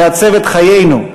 לעצב את חיינו,